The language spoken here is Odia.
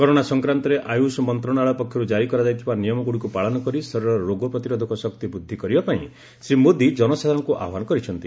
କରୋନା ସଂକ୍ରାନ୍ତରେ ଆୟୁଷ ମନ୍ତ୍ରଣାଳୟ ପକ୍ଷରୁ କାରି କରାଯାଇଥିବା ନିୟମଗୁଡ଼ିକୁ ପାଳନ କରି ଶରୀରର ରୋଗ ପ୍ରତିରୋଧକ ଶକ୍ତି ବୃଦ୍ଧି କରିବାପାଇଁ ଶ୍ରୀ ମୋଦି ଜନସାଧାରଣଙ୍କୁ ଆହ୍ୱାନ କରିଛନ୍ତି